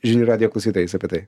žinių radijo klausytojais apie tai